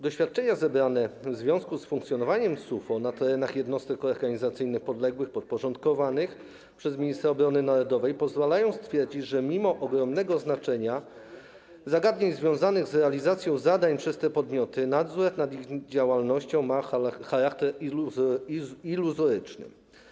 Doświadczenia zebrane w związku z funkcjonowaniem SUFO na terenach jednostek organizacyjnych podległych, podporządkowanych ministrowi obrony narodowej pozwalają stwierdzić, że mimo ogromnego znaczenia zagadnień związanych z realizacją zadań przez te podmioty nadzór nad ich działalnością ma charakter iluzoryczny.